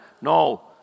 No